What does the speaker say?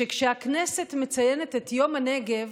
שכשהכנסת מציינת את יום הנגב,